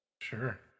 Sure